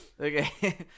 okay